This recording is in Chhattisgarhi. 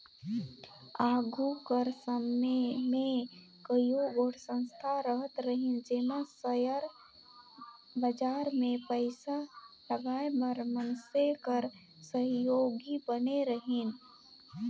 आघु कर समे में कइयो गोट संस्था रहत रहिन जेमन सेयर बजार में पइसा लगाए बर मइनसे कर सहयोगी बने रहिन